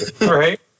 Right